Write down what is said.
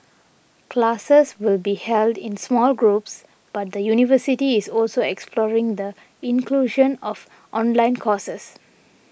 classes will be held in small groups but the university is also exploring the inclusion of online courses